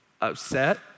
upset